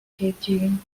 scheduling